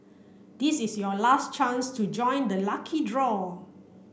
this is your last chance to join the lucky draw